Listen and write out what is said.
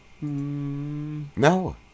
no